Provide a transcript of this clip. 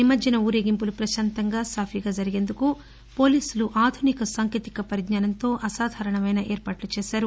నిమజ్జనం ఊరేగింపులు పశాంతంగా సాఫీగా జరిగేందుకు పోలీసులు ఆధునిక సాంకేతిక పరిజ్ఞానంతో అసాధారణమైన ఏర్పాట్లు చేసారు